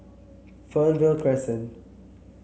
Fernvale Crescent